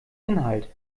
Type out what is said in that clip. inhalt